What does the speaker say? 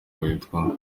witwa